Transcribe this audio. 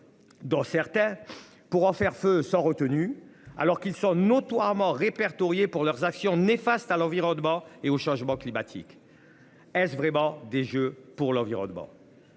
Dans certains pour en faire feu sans retenue, alors qu'ils sont notoirement répertoriés pour leur action néfaste à l'environnement et au changement climatique. Est-ce vraiment des jeux pour l'environnement.